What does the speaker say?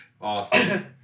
Awesome